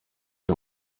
ryo